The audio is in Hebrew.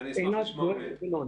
מכוני